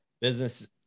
business